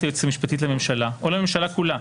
היועצת המשפטית לממשלה או לממשלה כולה,